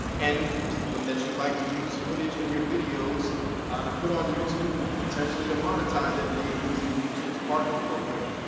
and tell them that you'd like to use footage in your videos to put on youtube and potentially to monetize that video using youtube's partner program.